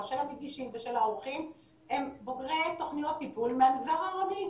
של המגישים ושל העורכים הם בוגרי תוכניות טיפול מהמגזר הערבי.